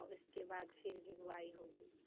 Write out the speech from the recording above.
और इसके बाद फिर भी बोआई होगी